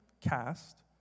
cast